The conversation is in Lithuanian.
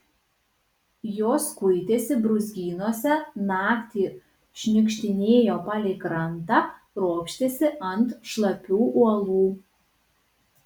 jos kuitėsi brūzgynuose naktį šniukštinėjo palei krantą ropštėsi ant šlapių uolų